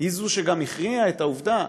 היא זו שגם הכריעה, בעובדה